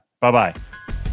Bye-bye